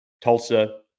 Tulsa